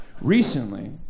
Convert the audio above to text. Recently